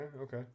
okay